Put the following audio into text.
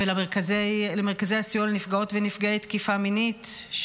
למרכזי הסיוע לנפגעות ונפגעי תקיפה מינית,